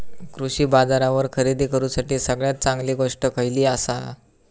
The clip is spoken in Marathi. कृषी बाजारावर खरेदी करूसाठी सगळ्यात चांगली गोष्ट खैयली आसा?